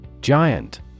Giant